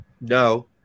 No